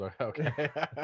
okay